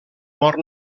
mort